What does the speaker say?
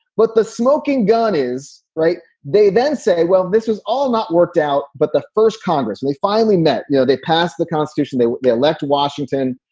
but the smoking gun is right. they then say, well, this is all not worked out. but the first congress, and they finally met. you know, they passed the constitution. they they elect washington.